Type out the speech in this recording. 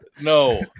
no